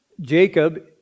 Jacob